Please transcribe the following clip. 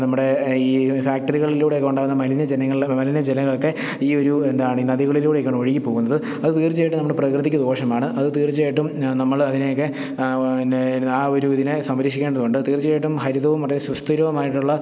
നമ്മുടേ ഈ ഫാക്ടറികളിലൂടെയൊക്കെ ഉണ്ടാവുന്ന മലിന ജനങ്ങൾ മലിന ജലങ്ങളൊക്കെ ഈ ഒരു എന്താണ് ഈ നദികളിലൂടെയൊക്കെയാണ് ഒഴുകി പോകുന്നത് അത് തീർച്ചയായിട്ടും നമ്മുടെ പ്രകൃതിയ്ക്ക് ദോഷമാണ് അതു തീർച്ചയായിട്ടും നമ്മൾ അതിനെയൊക്കെ പിന്നെ ആ ഒരു ഇതിനെ സംരക്ഷിക്കേണ്ടതുണ്ട് തീർച്ചയായിട്ടും ഹരിതവും വളരെ സുസ്ഥിരവുമായിട്ടുള്ള